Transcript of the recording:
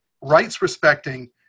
rights-respecting